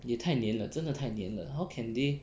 你也太黏了真的太黏了 how can they